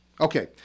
Okay